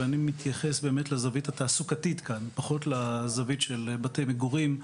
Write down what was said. אני מתייחס לזווית התעסוקתית ופחות לזווית של בתי מגורים,